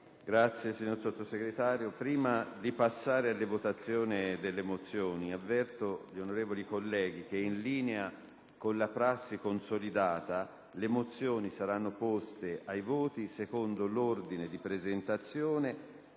apre una nuova finestra"). Prima di passare alla votazione delle mozioni, avverto gli onorevoli colleghi che, in linea con una prassi consolidata, le mozioni saranno poste ai voti secondo l'ordine di presentazione